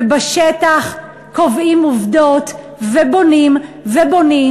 ובשטח קובעים עובדות ובונים ובונים,